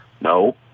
No